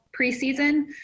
preseason